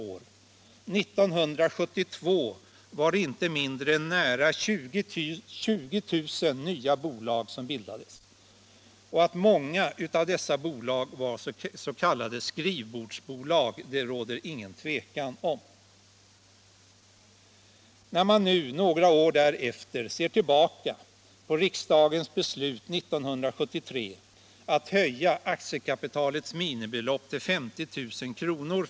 År 1972 bildades inte mindre än nära 20 000 nya bolag. Och att många av dessa bolag var s.k. skrivbordsbolag råder det ingen tvekan om. När man nu några år efteråt ser tillbaka på riksdagens beslut 1973 att höja aktiekapitalets minimibelopp till 50 000 kr.